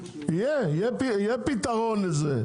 יהיה פתרון לזה.